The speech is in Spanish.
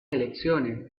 elecciones